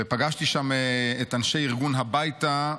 ופגשתי שם את אנשי ארגון "הביתה.